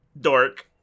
Dork